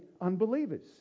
unbelievers